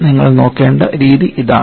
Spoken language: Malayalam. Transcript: നിങ്ങൾ നോക്കേണ്ട രീതി ഇതാണ്